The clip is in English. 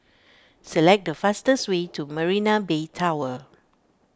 select the fastest way to Marina Bay Tower